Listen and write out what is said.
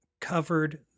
covered